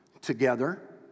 together